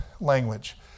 language